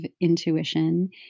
intuition